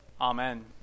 Amen